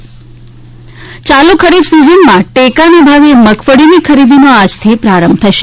ખરીફ season ચાલુ ખરીફ સીઝનમાં ટેકાના ભાવે મગફળીની ખરીદીનો આજથી પ્રારંભ થશે